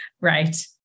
right